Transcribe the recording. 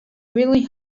really